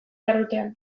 jardutean